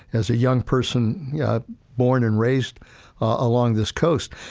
as a young person born and raised along this coast.